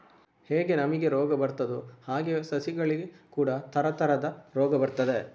ಹೇಗೆ ನಮಿಗೆ ರೋಗ ಬರ್ತದೋ ಹಾಗೇ ಸಸಿಗಳಿಗೆ ಕೂಡಾ ತರತರದ ರೋಗ ಬರ್ತದೆ